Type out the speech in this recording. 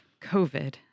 COVID